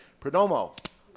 Perdomo